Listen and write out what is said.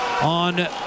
on